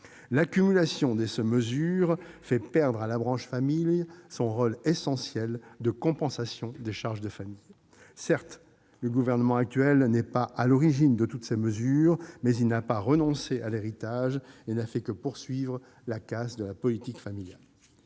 L'accumulation de ces mesures fait perdre à la branche famille son rôle essentiel de compensation des charges de famille. Certes, le gouvernement actuel n'est pas à l'origine de toutes ces mesures, mais il n'a pas renoncé à l'héritage et n'a fait que poursuivre la casse de la politique familiale.